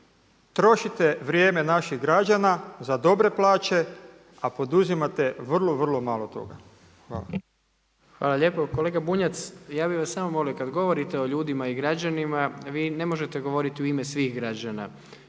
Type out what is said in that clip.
trošite vrijeme naših građana za dobre plaće, a poduzimate vrlo, vrlo malo toga. **Jandroković, Gordan (HDZ)** Hvala lijepo. Kolega Bunjac, ja bi vas samo molio kada govorite o ljudima i građanima vi ne možete govoriti u ime svih građana